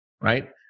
right